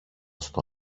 στο